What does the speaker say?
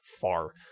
far